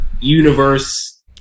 universe